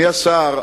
השר,